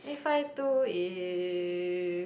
eight five two is